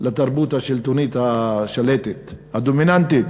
לתרבות השלטונית השלטת, הדומיננטית.